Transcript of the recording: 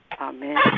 Amen